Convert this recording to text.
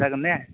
जागोन ने